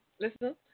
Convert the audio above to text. listen